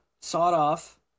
sawed-off